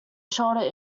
shoulder